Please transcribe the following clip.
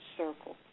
circle